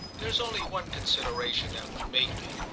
there's only one consideration that would make me,